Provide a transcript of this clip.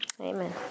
Amen